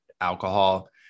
alcohol